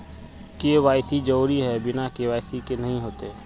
KYC जरुरी है बिना के.वाई.सी के नहीं होते?